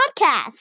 podcast